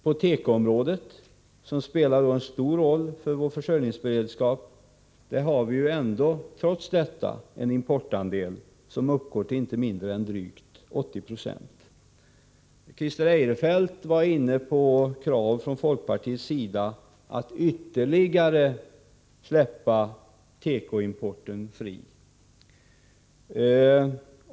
På tekoområdet, som spelar en stor roll för vår försörjningsberedskap, har vi trots detta en importandel som uppgår till inte mindre än drygt 80 9o. Christer Eirefelt var inne på krav från folkpartiets sida att ytterligare släppa tekoimporten fri.